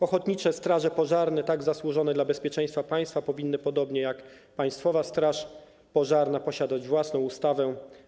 Ochotnicze straże pożarne, tak zasłużone dla bezpieczeństwa państwa, powinny podobnie jak Państwowa Straż Pożarna posiadać własną ustawę.